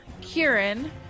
Kieran